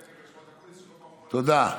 תודה.